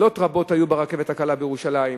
תקלות רבות היו ברכבת הקלה בירושלים.